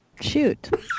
shoot